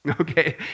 okay